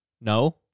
No